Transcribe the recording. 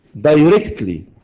directly